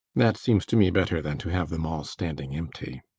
that seems to me better than to have them all standing empty.